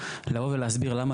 לבוא ולהסביר למה,